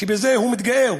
שבזה הוא מתגאה,